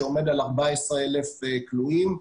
שעומד על 14,000 כלואים,